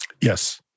Yes